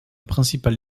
principale